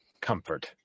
comfort